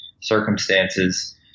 circumstances